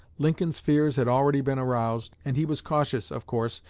lincoln's fears had already been aroused, and he was cautious, of course,